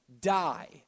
Die